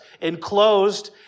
enclosed